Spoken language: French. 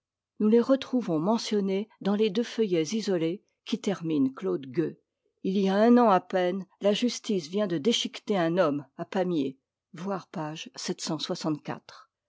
nous les retrouvons mentionnées dans les deux feuillets isolés qui terminent claude gueux il y a un an à peine la justice vient de déchiqueter un homme a pamiers